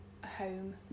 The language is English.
home